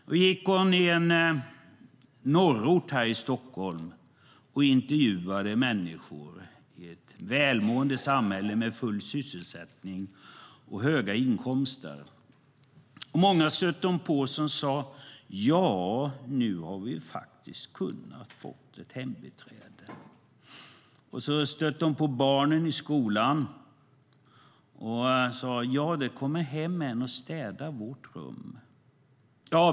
Hon gick runt i en söderförort här i Stockholm och intervjuade människor i ett välmående samhälle med full sysselsättning och höga inkomster. Många stötte hon på som sa: Ja, nu har vi faktiskt kunnat få ett hembiträde. Hon stötte på barn i skolan som sa: Det kommer hem en och städar vårt rum.